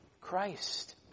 Christ